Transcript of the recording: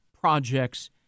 projects